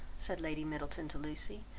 said lady middleton to lucy,